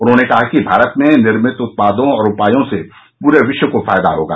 उन्होंने कहा कि भारत में निर्मित उत्पादों और उपायों से पूरे विश्व को फायदा होगा